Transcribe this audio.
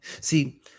See